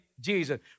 Jesus